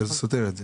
אז זה סותר את זה.